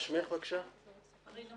בסעיף 1,